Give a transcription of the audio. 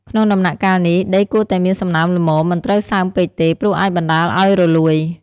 ក្នុងដំណាក់កាលនេះ ដីគួរតែមានសំណើមល្មម មិនត្រូវសើមពេកទេ ព្រោះអាចបណ្តាលឱ្យរលួយ។